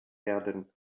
werden